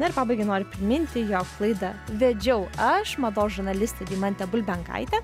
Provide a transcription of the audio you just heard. na ir pabaigai noriu priminti jog laidą vedžiau aš mados žurnalistė deimantė bulbenkaitė